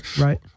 right